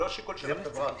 ולא שיקול של החברה,